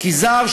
כי זר,